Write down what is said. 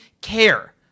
care